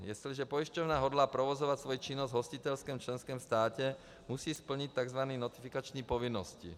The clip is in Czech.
Jestliže pojišťovna hodlá provozovat svoji činnost v hostitelském členském státě, musí splnit tzv. notifikační povinnosti.